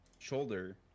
Shoulder